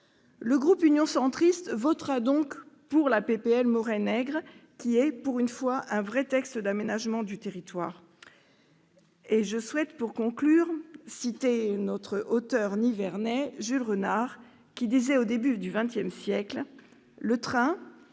Le groupe Union Centriste votera donc la proposition de loi Maurey-Nègre, qui est, pour une fois, un vrai texte d'aménagement du territoire. Je souhaite, pour conclure, citer notre auteur nivernais, Jules Renard, qui disait, au début du XX siècle :« Le train,